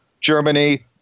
Germany